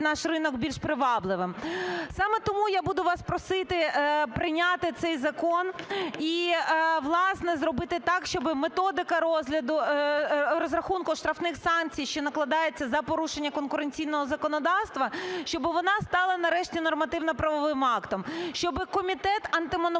наш ринок більш привабливим. Саме тому я буду вас просити прийняти цей закон і, власне, зробити так, щоби методика розгляду... розрахунку штрафних санкцій, що накладається за порушення конкуренційного законодавства, щоби вона стала нарешті нормативно-правовим актом, щоби комітет Антимонопольний